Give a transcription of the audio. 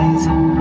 eyes